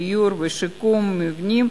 דיור ושיקום מבנים.